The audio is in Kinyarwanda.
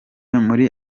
muri